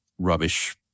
rubbish